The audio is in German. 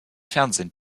fernsehen